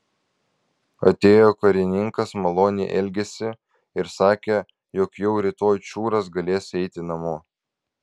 atėjo karininkas maloniai elgėsi ir sakė jog jau rytoj čiūras galės eiti namo